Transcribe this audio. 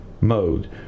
mode